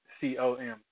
C-O-M